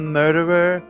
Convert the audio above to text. murderer